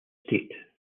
estate